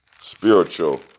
spiritual